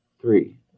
three